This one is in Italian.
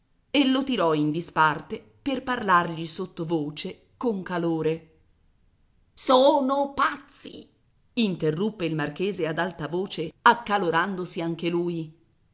e lo tirò in disparte per parlargli sottovoce con calore sono pazzi interruppe il marchese ad alta voce accalorandosi anche lui